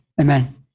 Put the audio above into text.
Amen